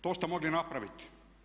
To ste mogli napraviti.